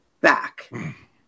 back